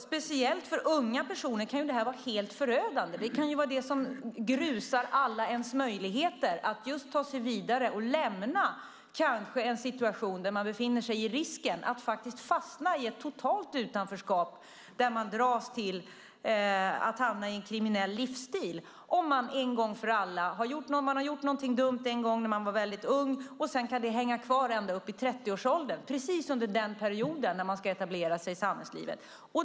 Speciellt för unga personer kan det vara helt förödande. Det kan vara det som grusar alla ens möjligheter att ta sig vidare och lämna en situation där man kanske befinner sig i riskzonen för att fastna i ett totalt utanförskap, en situation där man riskerar att hamna i en kriminell livsstil om man en gång gjort något dumt. Om man gjort någonting dumt när man var väldigt ung kan det hänga kvar ända upp i 30-årsåldern, precis under den perioden när man ska etablera sig i samhällslivet.